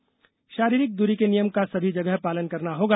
षारीरिक दूरी के नियम का सभे जगह पालन करना होगा